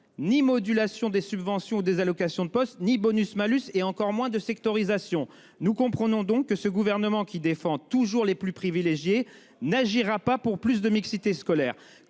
ni modulation des subventions des allocations de poste ni bonus malus et encore moins de sectorisation nous comprenons donc que ce gouvernement qui défend toujours les plus privilégiés n'agira pas pour plus de mixité scolaire.